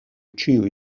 ĉiuj